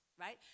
right